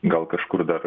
gal kažkur dar